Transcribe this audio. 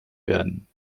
werden